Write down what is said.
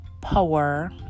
power